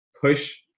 push